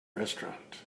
restaurant